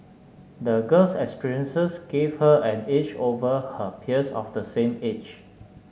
the girl's experiences gave her an edge over her peers of the same age